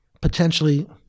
potentially